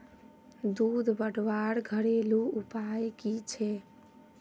दूध बढ़वार घरेलू उपाय की छे?